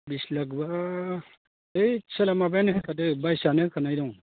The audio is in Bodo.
बिस लाखबा ओइत साला माबायानो होखादों बाइसआनो होखानाय दं